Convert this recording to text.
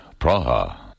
Praha